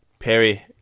Perry